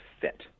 fit